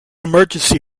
emergency